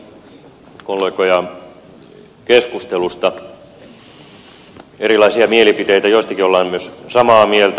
on erilaisia mielipiteitä jostakin ollaan myös samaa mieltä